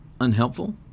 unhelpful